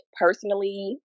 personally